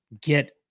get